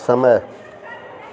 समय